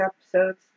episodes